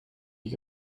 you